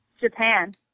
Japan